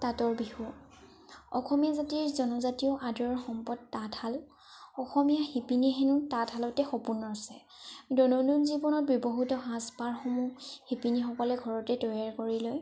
তাঁতৰ বিহু অসমীয়া জাতিৰ জনজাতীয় আদৰৰ সম্পদ তাঁতশাল অসমীয়া শিপিনীয়ে হেনো তাঁতশালতে সপোন ৰচে দৈনন্দিন জীৱনত ব্যৱহৃত সাজপাৰসমূহ শিপিনীসকলে ঘৰতে তৈয়াৰ কৰি লয়